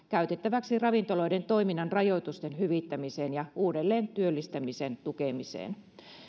käytettäväksi ravintoloiden toiminnan rajoitusten hyvittämiseen ja uudelleentyöllistämisen tukemiseen